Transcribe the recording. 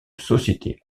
société